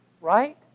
Right